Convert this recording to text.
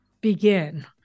begin